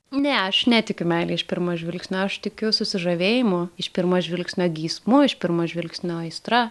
ne aš netikiu meile iš pirmo žvilgsnio aš tikiu susižavėjimu iš pirmo žvilgsnio geismu iš pirmo žvilgsnio aistra